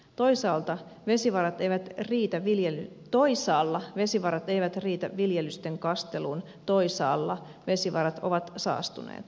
toisaalta vesivarat eivät riitä viljellyt toisaalla vesivarat eivät riitä viljelysten kasteluun toisaalla vesivarat ovat saastuneet